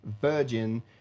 Virgin